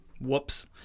Whoops